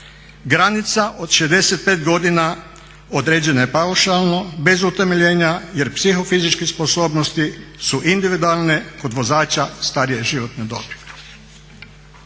Granica od 65 godina određena je paušalno bez utemeljena jer psihofizičke sposobnosti su individualne kod vozača starije životne dobi.